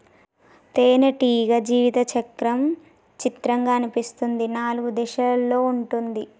తేనెటీగ జీవిత చక్రం చిత్రంగా అనిపిస్తుంది నాలుగు దశలలో ఉంటుంది